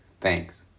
Thanks